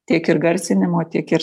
tiek ir garsinimo tiek ir